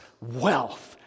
wealth